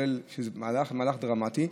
שזה מהלך דרמטי.